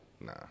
Nah